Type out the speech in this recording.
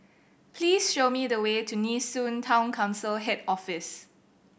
please show me the way to Nee Soon Town Council Head Office